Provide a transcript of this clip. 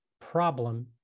problem